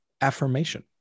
affirmation